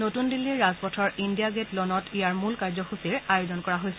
নতুন দিল্লীৰ ৰাজপথৰ ইণ্ডিয়া গেট লনত ইয়াৰ মূল কাৰ্যসূচীৰ আয়োজন কৰা হৈছে